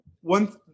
one